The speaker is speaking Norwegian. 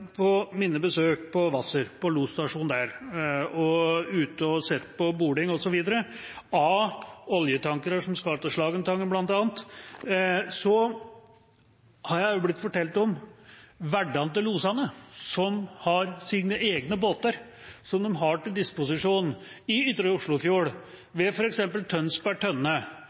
På mine besøk på losstasjonen på Hvasser, hvor jeg har sett på bording osv. av oljetankere som skal til Slagentangen bl.a., har jeg blitt fortalt om hverdagen til losene, som har sine egne båter til disposisjon i Ytre Oslofjord, ved f.eks. Tønsberg Tønne,